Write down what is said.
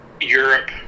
Europe